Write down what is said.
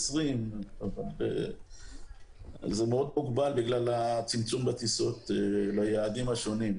20. זה מאוד מוגבל בגלל הצמצום בטיסות ליעדים השונים,